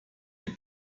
les